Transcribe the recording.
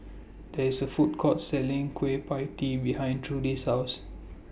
There IS A Food Court Selling Kueh PIE Tee behind Trudie's House